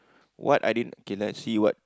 what I didn't cannot see what